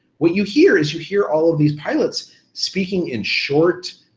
what you hear is you hear all of these pilots speaking in short,